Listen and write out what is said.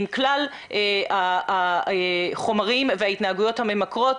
עם כלל החומרים וההתנהגויות הממכרות,